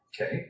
Okay